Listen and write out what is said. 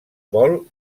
bol